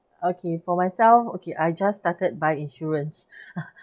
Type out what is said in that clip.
okay for myself okay I just started buy insurance